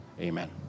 Amen